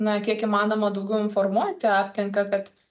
na kiek įmanoma daugiau informuoti aplinką kad